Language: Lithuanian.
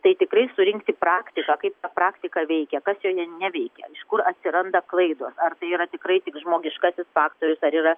tai tikrai surinkti praktiką kaip ta praktika veikia kas joje neveikia iš kur atsiranda klaidos ar tai yra tikrai tik žmogiškasis faktorius ar yra